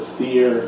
fear